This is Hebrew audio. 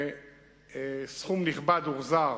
וסכום נכבד הוחזר